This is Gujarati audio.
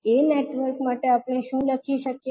a નેટવર્ક માટે આપણે શું લખી શકીએ